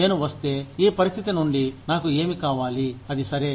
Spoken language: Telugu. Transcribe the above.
నేను వస్తే ఈ పరిస్థితి నుండి నాకు ఏమి కావాలి అది సరే